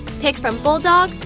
pick from bulldog,